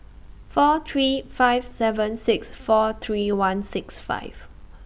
four three five seven six four three one six five